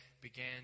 began